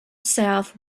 south